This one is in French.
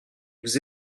vous